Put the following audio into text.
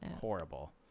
horrible